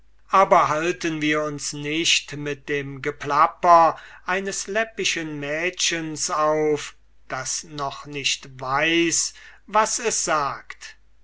aber halten wir uns nicht mit dem geplapper eines läppischen mädchens auf das noch nicht weiß was es sagt